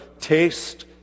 taste